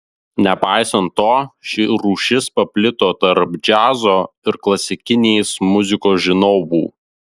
nepaisant to ši rūšis paplito tarp džiazo ir klasikinės muzikos žinovų